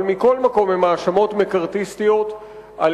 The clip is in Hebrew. אבל מכל מקום הן האשמות מקארתיסטיות על